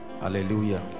Hallelujah